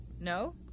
No